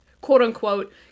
quote-unquote